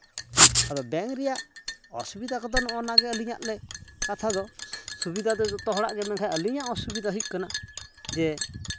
ᱟᱫᱚ ᱵᱮᱝᱠ ᱨᱮᱭᱟᱜ ᱚᱥᱩᱵᱤᱫᱟ ᱠᱚᱫᱚ ᱱᱚᱜᱼᱚ ᱱᱚᱣᱟᱜᱮ ᱟᱹᱞᱤᱧᱟᱜ ᱞᱮᱠ ᱠᱟᱛᱷᱟ ᱥᱩᱵᱤᱫᱟ ᱫᱚ ᱡᱚᱛᱚ ᱦᱚᱲᱟᱜ ᱜᱮ ᱢᱮᱱᱠᱷᱟᱱ ᱟᱹᱞᱤᱧᱟᱜ ᱚᱥᱩᱵᱤᱫᱟ ᱦᱩᱭᱩᱜ ᱠᱟᱱᱟ ᱡᱮ